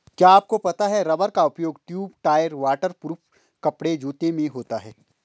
क्या आपको पता है रबर का उपयोग ट्यूब, टायर, वाटर प्रूफ कपड़े, जूते में होता है?